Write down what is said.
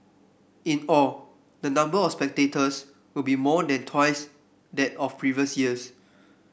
in all the number of spectators will be more than twice that of previous years